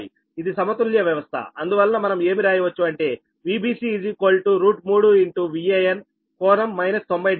ఇది సమతుల్య వ్యవస్థ అందువలన మనం ఏమి రాయవచ్చు అంటే Vbc 3Van∟ 900